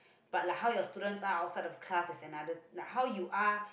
but like how your students are outside of class is another like how you are